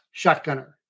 shotgunner